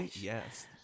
yes